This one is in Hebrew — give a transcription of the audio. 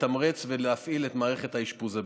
ולתמרץ ולהפעיל את מערכת האשפוז הביתי.